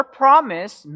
promise